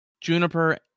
Juniper